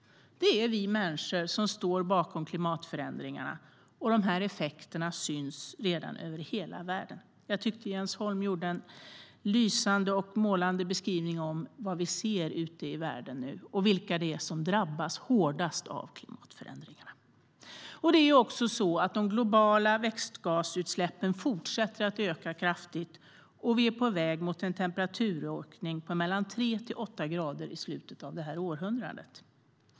Det är vi människor som står bakom klimatförändringarna, och de effekterna syns redan över hela världen. Jag tyckte att Jens Holm gjorde en lysande och målande beskrivning av vad vi ser ute i världen nu och vilka det är som drabbas hårdast av klimatförändringarna. De globala växtgasutsläppen fortsätter att öka kraftigt. Vi är på väg mot en temperaturökning på tre till åtta grader i slutet av detta århundrade.